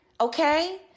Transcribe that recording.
okay